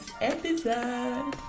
episode